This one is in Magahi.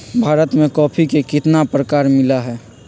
भारत में कॉफी के कितना प्रकार मिला हई?